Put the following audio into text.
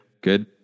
good